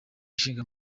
ishinga